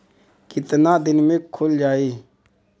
कितना दिन में खुल जाई?